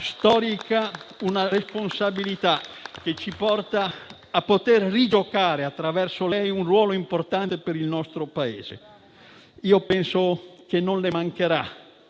Lei ha una responsabilità storica, che ci porta a poter rigiocare, attraverso di lei, un ruolo importante per il nostro Paese; io penso che non le mancherà.